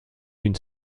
une